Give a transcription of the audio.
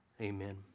Amen